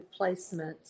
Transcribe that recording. placements